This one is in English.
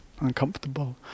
uncomfortable